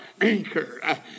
anchor